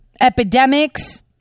epidemics